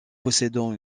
possédant